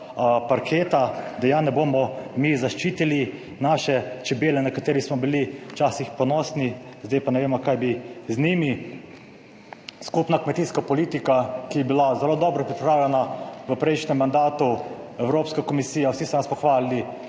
parketa, da ja ne bomo mi zaščitili naših čebel, na katere smo bili včasih ponosni, zdaj pa ne vemo, kaj bi z njimi. Skupna kmetijska politika, ki je bila zelo dobro pripravljena v prejšnjem mandatu, Evropska komisija, vsi so nas pohvalili,